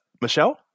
michelle